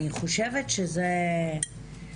אני אומר את זה באופן כללי,